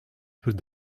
per